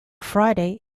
friday